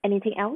anything else